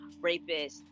rapists